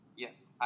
Yes